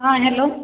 हाँ हेलो